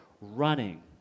running